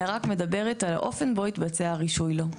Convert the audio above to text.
אלא רק מדברת על האופן בו התבצע הרישוי לו.